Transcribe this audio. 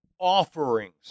Offerings